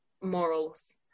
morals